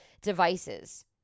devices